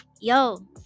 yo